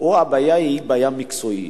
או שהבעיה היא בעיה מקצועית.